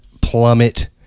plummet